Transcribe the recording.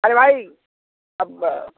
अरे भाइ अब